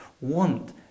want